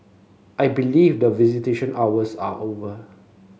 I believe that visitation hours are over